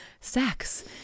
sex